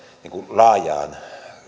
laajaan